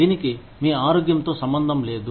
దీనికి మీ ఆరోగ్యం తో సంబంధం లేదు